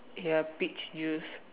ya peach juice